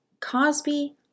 Cosby